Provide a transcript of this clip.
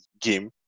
game